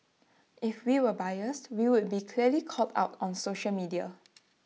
if we were biased we would be clearly called out on social media